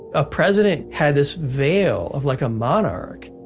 a president had this veil of like a monarch.